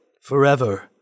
Forever